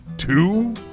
Two